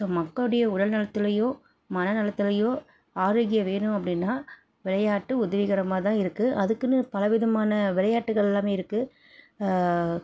so மக்களுடைய உடல் நலத்துலேயோ மன நலத்துலேயோ ஆரோக்கியம் வேணும் அப்படினா விளையாட்டு உதவிகரமாக தான் இருக்குது அதுக்குன்னு பல விதமான விளையாட்டுகள் எல்லாம் இருக்குது